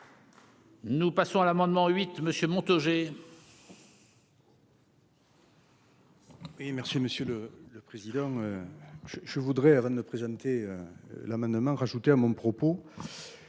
Nous passons à l'amendement huit monsieur Montaugé.